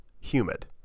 humid